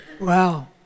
Wow